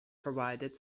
provided